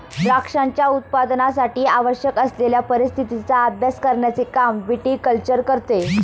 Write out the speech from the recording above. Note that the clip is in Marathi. द्राक्षांच्या उत्पादनासाठी आवश्यक असलेल्या परिस्थितीचा अभ्यास करण्याचे काम विटीकल्चर करते